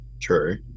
True